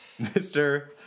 Mr